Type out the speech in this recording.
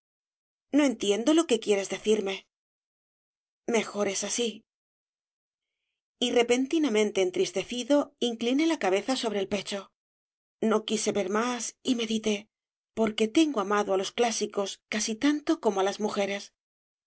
no entiendo lo que quieres decirme mejor es así y repentinamente entristecido incliné la cabeza sobre el pecho no quise ver más y medité porque tengo amado á los clásicos casi tanto como á las mujeres es